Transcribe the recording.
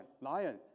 Lion